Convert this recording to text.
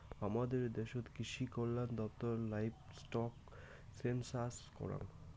হামাদের দ্যাশোত কৃষিকল্যান দপ্তর লাইভস্টক সেনসাস করাং